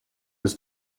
was